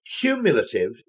cumulative